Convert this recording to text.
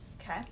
Okay